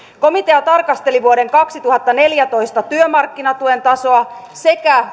komitea tarkasteli vuoden kaksituhattaneljätoista työmarkkinatuen tasoa sekä